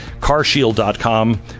carshield.com